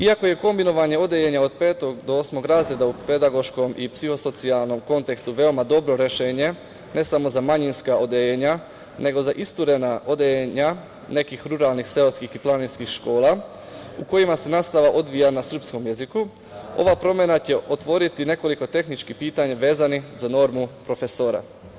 Iako je kombinovanje odeljenja od petog do osnovnog razreda u pedagoškom i psihosocijalnom kontekstu veoma dobro rešenje ne samo za manjinska odeljenja, nego i za isturena odeljenja nekih ruralnih seoskih i planinskih škola u kojima se nastava odvija na srpskom jeziku, ova promena će otvoriti nekoliko tehničkih pitanja vezanih za normu profesora.